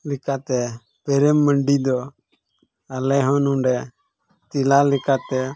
ᱞᱮᱠᱟᱛᱮ ᱯᱨᱮᱢ ᱢᱟᱹᱨᱰᱤ ᱫᱚ ᱟᱞᱮ ᱦᱚᱸ ᱱᱚᱰᱮ ᱪᱮᱞᱟ ᱞᱮᱠᱟᱛᱮ